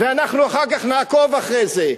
אנחנו אחר כך נעקוב אחרי זה.